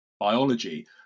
biology